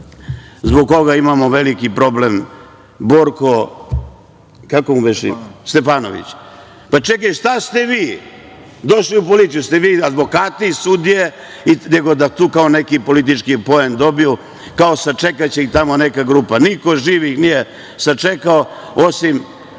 zbog koga imamo veliki problem, Borko Stefanović. Čekaj, šta ste vi došli u policiju? Jeste li vi advokati, sudije, nego da tu kao neki politički poen dobiju, kao sačekaće ih tamo neka grupa. Niko živi ih nije sačekao, osim